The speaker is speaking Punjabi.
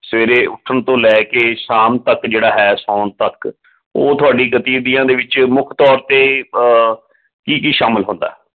ਸਵੇਰੇ ਉੱਠਣ ਤੋਂ ਲੈ ਕੇ ਸ਼ਾਮ ਤੱਕ ਜਿਹੜਾ ਹੈ ਸੌਣ ਤੱਕ ਉਹ ਤੁਹਾਡੀ ਗਤੀਵਿਧੀਆਂ ਦੇ ਵਿੱਚ ਮੁੱਖ ਤੌਰ 'ਤੇ ਕੀ ਕੀ ਸ਼ਾਮਿਲ ਹੁੰਦਾ